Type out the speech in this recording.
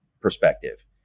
perspective